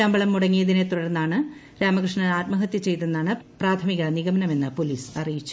ശമ്പളം മുടങ്ങിയതിനെ തുടർന്നാണ് രാമകൃഷ്ണൻ ആത്മഹത്യ ചെയ്തതെന്നാണ് പ്രാഥമിക നിഗമനമെന്ന് പോലീസ് അറിയിച്ചു